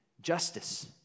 justice